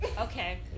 Okay